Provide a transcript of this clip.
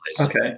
Okay